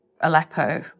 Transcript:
Aleppo